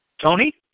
Tony